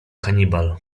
hannibal